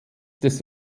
des